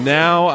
now